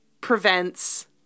prevents